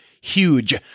Huge